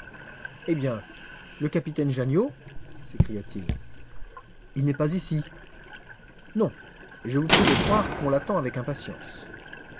eh bien le capitaine janniot s'écria-t-il il n'est pas ici non et je vous prie de croire qu'on l'attend avec impatience